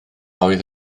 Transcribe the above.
oedd